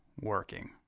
working